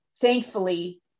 Thankfully